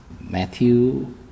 Matthew